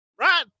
right